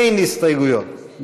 אין הסתייגויות,